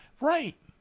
Right